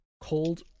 cold